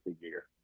gear